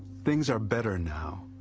things are better now.